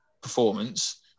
performance